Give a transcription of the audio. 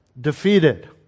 defeated